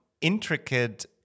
intricate